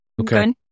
Okay